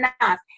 enough